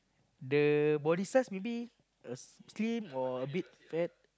the body size maybe uh slim or a bit fat